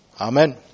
Amen